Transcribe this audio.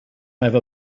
have